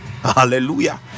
hallelujah